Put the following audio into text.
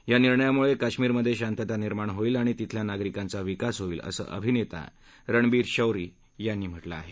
या निर्णयामुळे काश्मीर मध्ये शांतता निर्माण होईल आणि तिथल्या नागरिकांचा विकास होईल असं अभिनेता रणबीर शौरी यांनी म्हटलं आहे